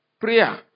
prayer